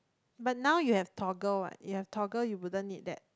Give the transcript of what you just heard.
but now you have toggle what you have toggle you wouldn't need that